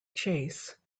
chase